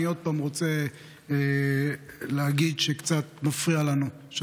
אני עוד פעם רוצה להגיד שמפריע לנו קצת